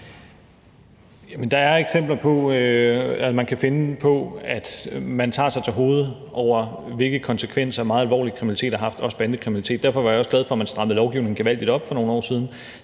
finde eksempler på, at man tager sig til hovedet over, hvilke konsekvenser meget alvorlig kriminalitet har haft, også bandekriminalitet. Derfor var jeg også glad for, at man strammede lovgivningen gevaldigt op for nogle år siden,